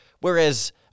Whereas